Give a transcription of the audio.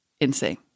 insane